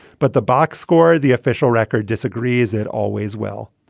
but the box score, the official record disagrees. it always will.